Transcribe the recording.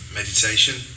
meditation